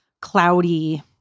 cloudy